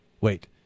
Wait